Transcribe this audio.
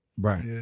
Right